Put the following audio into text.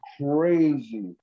crazy